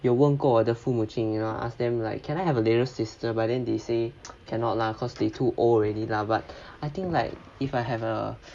有问过我的父母亲 you know I ask them like can I have a little sister but then they say cannot lah cause they too old already lah but I think like if I have a